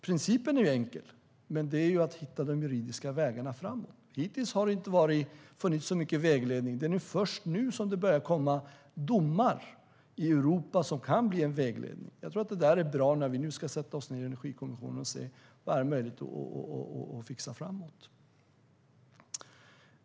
Principen är enkel, men det gäller att hitta de juridiska vägarna framåt. Hittills har det inte funnits så mycket vägledning. Det är först nu som det börjar komma domar i Europa som kan bli en vägledning. Jag tror att detta är bra när vi nu ska sätta oss ned i Energikommissionen och se vad som är möjligt att göra.